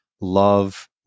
love